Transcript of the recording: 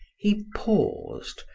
he paused,